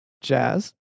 Jazz